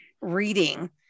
reading